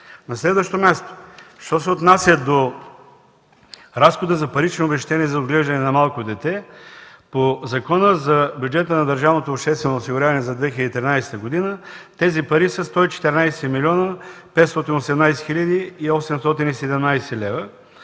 На следващо място, що се отнася до разхода за парични обезщетения за отглеждане на малко дете, по Закона за бюджета на държавното обществено осигуряване за 2013 г. тези пари са 114 млн. 518 хил. 817 лв.